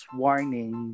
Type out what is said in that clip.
warning